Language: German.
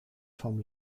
vom